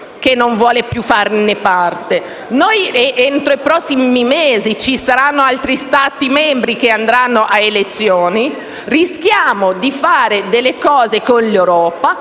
che non vuole farne parte. Entro i prossimi mesi ci saranno altri Stati membri che andranno ad elezioni. Rischiamo di fare delle cose con l'Europa